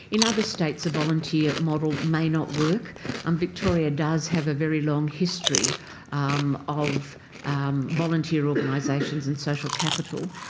in other states, a volunteer model may not work. um victoria does have a very long history of volunteer organisations and social capital,